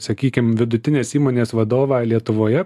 sakykim vidutinės įmonės vadovą lietuvoje